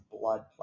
blood